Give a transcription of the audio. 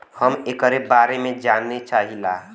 हम एकरे बारे मे जाने चाहीला?